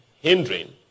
hindering